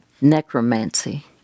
necromancy